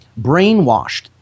brainwashed